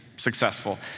Successful